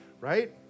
right